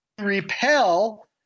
repel